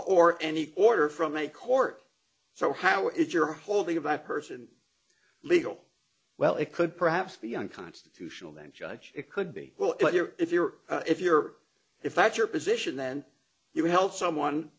or any order from a court so how is your whole thing about person legal well it could perhaps be unconstitutional then judge it could be well if you're if you're if you're if that's your position then you can help someone